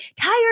tired